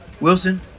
Wilson